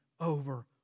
over